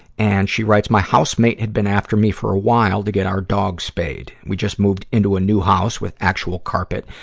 and she writes, my housemate had been after me for a while to get our dogs spayed. we just moved into a new house with actual carpet,